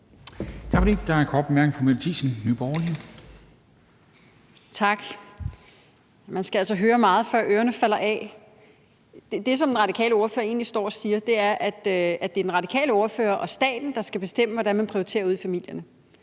Tak. Man skal altså høre meget, før ørerne falder af. Det, som den radikale ordfører egentlig står og siger, er, at det er den radikale ordfører og staten, der skal bestemme, hvordan man prioriterer ude i familierne;